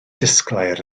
disglair